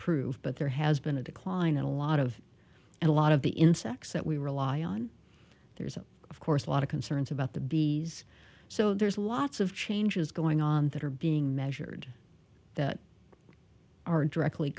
prove but there has been a decline in a lot of and a lot of the insects that we rely on there's of course a lot of concerns about the bee so there's lots of changes going on that are being measured that aren't directly